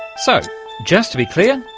so just to be clear,